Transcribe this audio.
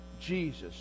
Jesus